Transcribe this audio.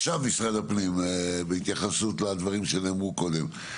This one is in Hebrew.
עכשיו משרד הפנים בהתייחסות לדברים שנאמרו קודם.